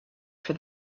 for